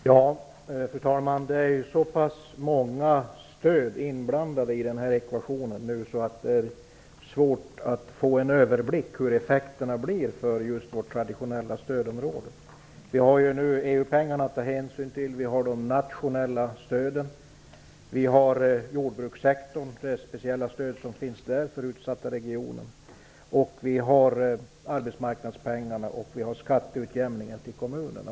Fru talman! Det är så många stöd inblandade i ekvationen så att det är svårt att få en överblick när det gäller hur effekterna på våra traditionella stödområden blir. Vi har nu EU-pengarna att ta hänsyn till. Vi har de nationella stöden. Vi har det speciella stöd som finns för jordbrukssektorn i utsatta regioner. Vi har arbetsmarknadspengarna, och vi har skatteutjämningen till kommunerna.